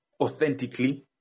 authentically